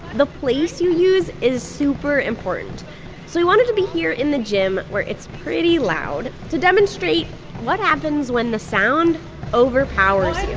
the place you use is super important we wanted to be here in the gym, where it's pretty loud, to demonstrate what happens when the sound overpowers you